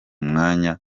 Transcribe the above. mwanya